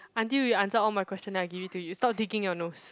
until you answer all my question then I give it to you stop digging your nose